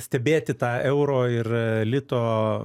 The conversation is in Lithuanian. stebėti tą euro ir a lito